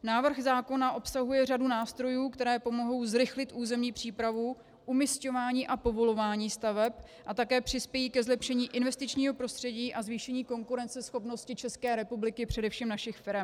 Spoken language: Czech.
Návrh zákona obsahuje řadu nástrojů, které pomohou zrychlit územní přípravu, umisťování a povolování staveb a také přispějí ke zlepšení investičního prostředí a zvýšení konkurenceschopnosti České republiky, především našich firem.